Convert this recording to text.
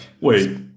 wait